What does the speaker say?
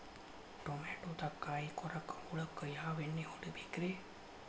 ಟಮಾಟೊದಾಗ ಕಾಯಿಕೊರಕ ಹುಳಕ್ಕ ಯಾವ ಎಣ್ಣಿ ಹೊಡಿಬೇಕ್ರೇ?